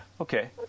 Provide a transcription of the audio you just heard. Okay